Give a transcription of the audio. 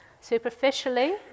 Superficially